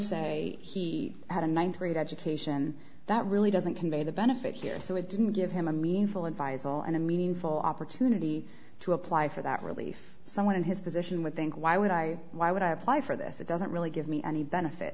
se he had a ninth grade education that really doesn't convey the benefit here so it didn't give him a meaningful advisable and a meaningful opportunity to apply for that relief someone in his position would think why would i why would i apply for this that doesn't really give me any benefit